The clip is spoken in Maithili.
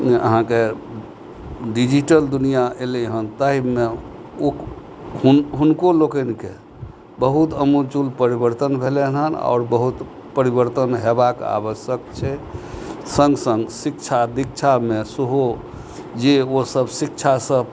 अहाँके डिजिटल दुनिया अयलै हन ताहिमे ओ हुनको लोकनिके बहुत अमुलचूल परिवर्तन भेलै हन आओर बहुत परिवर्तन होयबाक आवश्यक छै सङ्ग सङ्ग शिक्षा दीक्षामे सेहो जे ओ सभ शिक्षासभ